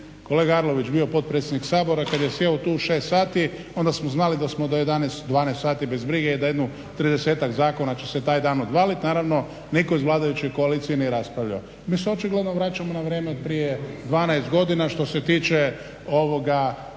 kolega Arlović bio potpredsjednik Sabora, kad je sjeo tu u 6 sati onda smo znali da smo do 11-12 sati bez brige i da jedno 30-tak zakona će se taj dan odvalit. Naravno, nitko iz vladajuće koalicije nije raspravljao. Mi se očigledno vraćamo na vrijeme od prije 12 godina što se tiče rada